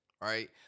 right